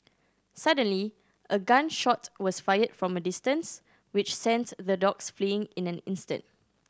suddenly a gun shot was fired from a distance which the dogs fleeing in an instant